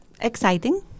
Exciting